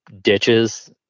ditches